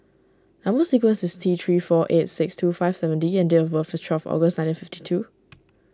Number Sequence is T three four eight six two five seven D and date of birth is twelve August nineteen fifty two